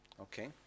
Okay